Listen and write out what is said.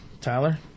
Tyler